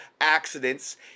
accidents